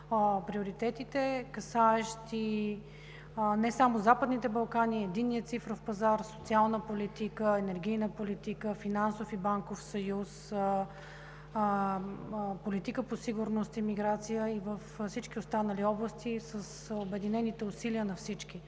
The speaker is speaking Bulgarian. приоритетите, касаещи не само Западните Балкани, а и Единния цифров пазар, социалната политика, енергийната политика, Финансовия и банков съюз, политиката по сигурност и миграция и във всички останали области с обединените усилия на всички.